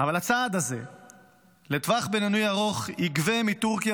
אבל הצעד הזה לטווח בינוני-ארוך יגבה מטורקיה